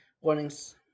warnings